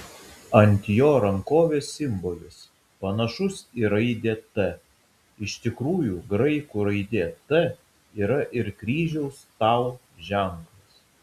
ant jo rankovės simbolis panašus į raidę t iš tikrųjų graikų raidė t yra ir kryžiaus tau ženklas